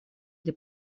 для